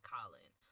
Colin